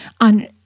on